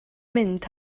mynd